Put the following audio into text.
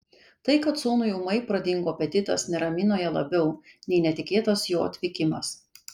tai kad sūnui ūmai pradingo apetitas neramino ją labiau nei netikėtas jo atvykimas